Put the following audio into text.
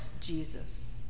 Jesus